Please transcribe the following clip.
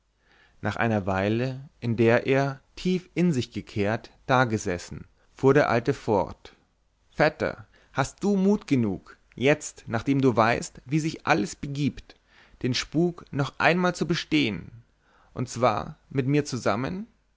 nach einer weile in der er tief in sich gekehrt dagesessen fuhr der alte fort vetter hast du mut genug jetzt nachdem du weißt wie sich alles begibt den spuk noch einmal zu bestehen und zwar mit mir zusammen